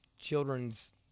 children's